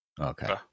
Okay